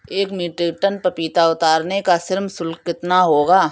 एक metric ton पपीता उतारने का श्रम शुल्क कितना होगा?